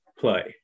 play